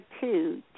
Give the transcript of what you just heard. two